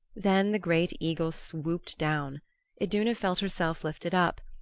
then the great eagle swooped down iduna felt herself lifted up,